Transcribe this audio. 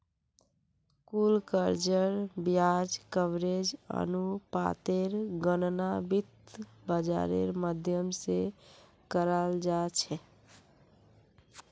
कुल कर्जेर ब्याज कवरेज अनुपातेर गणना वित्त बाजारेर माध्यम से कराल जा छे